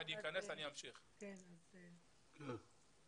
אני אמשיך אחריו.